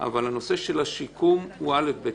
אבל נושא השיקום הוא א', ב'.